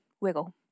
Wiggle